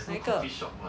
哪一个